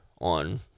on